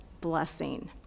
blessing